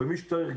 במי שצריך,